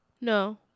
no